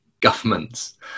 governments